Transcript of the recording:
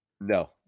No